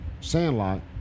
*Sandlot*